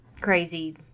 crazy